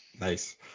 nice